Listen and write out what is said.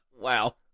Wow